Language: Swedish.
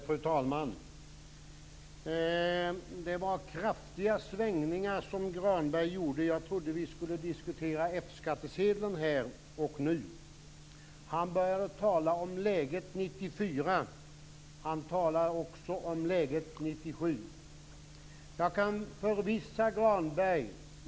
Fru talman! Det var kraftiga svängningar som Granberg gjorde. Jag trodde att vi skulle diskutera F skattsedeln här och nu. Han började tala om läget 1994. Han talade också om läget 1997.